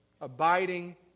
abiding